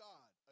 God